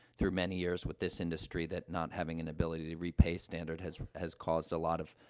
through many years with this industry, that not having an ability-to-repay standard has has caused a lot of,